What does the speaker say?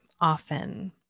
often